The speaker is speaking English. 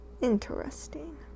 interesting